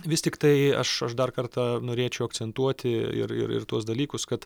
vis tiktai aš aš dar kartą norėčiau akcentuoti ir ir ir tuos dalykus kad